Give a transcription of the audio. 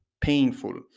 painful